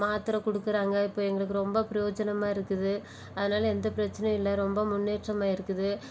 மாத்திர கொடுக்குறாங்க இப்போ எங்களுக்கு ரொம்ப பிரயோஜனமா இருக்குது அதனால் எந்த பிரச்சனையும் இல்லை ரொம்ப முன்னேற்றமாயிருக்குது